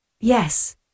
Yes